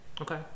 Okay